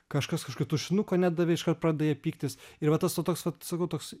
kažkas kažkokio tušinuko nedavė iškart pradeda jie pyktis ir va tas va toks vat sakau toks